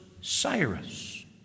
Cyrus